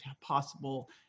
possible